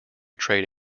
trade